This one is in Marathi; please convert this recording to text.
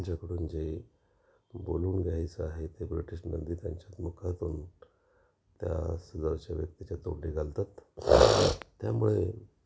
त्यांच्याकडून जे बोलून घ्यायचं आहे ते ब्रिटिश नंदी त्यांच्यात मुखातून त्या सदरच्या व्यक्तीच्या तोंडी घालतात त्यामुळे